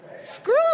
screw